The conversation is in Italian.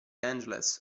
angeles